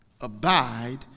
abide